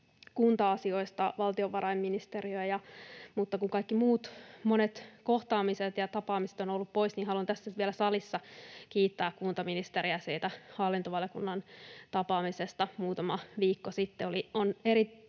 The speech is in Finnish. kunta-asioista valtiovarainministeriä, mutta kun kaikki muut monet kohtaamiset ja tapaamiset ovat olleet poissa, niin haluan tässä vielä salissa kiittää kuntaministeriä hallintovaliokunnan tapaamisesta muutama viikko sitten.